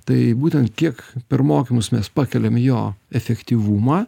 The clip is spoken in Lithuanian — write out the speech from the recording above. tai būtent kiek per mokymus mes pakeliam jo efektyvumą